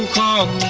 da